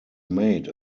made